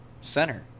center